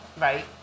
Right